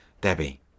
Debbie